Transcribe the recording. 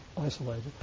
isolated